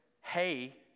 hey